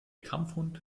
kampfhund